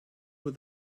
with